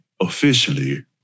officially